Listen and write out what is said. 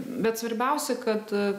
bet svarbiausia kad